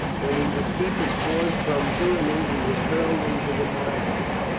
when he would keep his cause from villainy he was hurled into the mire of it.